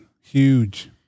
huge